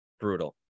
brutal